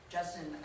Justin